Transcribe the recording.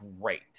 great